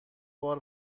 بار